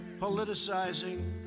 politicizing